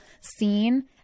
seen